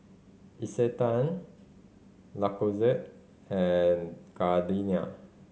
Isetan Lacoste and Gardenia